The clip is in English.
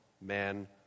man